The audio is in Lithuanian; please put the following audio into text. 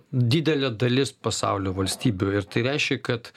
didelė dalis pasaulio valstybių ir tai reiškia kad